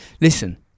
listen